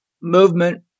movement